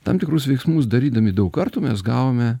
tam tikrus veiksmus darydami daug kartų mes gavome